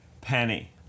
penny